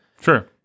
Sure